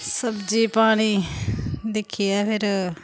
सब्जी पानी दिक्खियै फिर